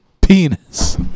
penis